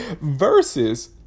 versus